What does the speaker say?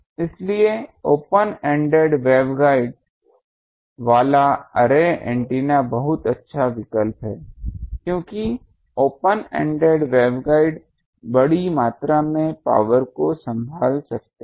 इसलिए open ended waveguide वाला array antenna बहुत अच्छा विकल्प है क्योंकि ओपन एंडेड वेवगाइड्स बड़ी मात्रा में पावर को संभाल सकते हैं